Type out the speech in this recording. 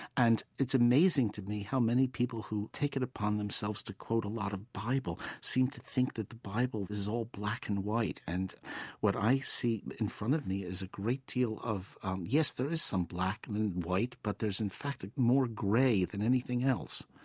and it's amazing to me how many people who take it upon themselves to quote a lot of bible seem to think that the bible is all black and white. and what i see in front of me is a great deal of yes, there is some black and and white, but there's, in fact, more gray than anything else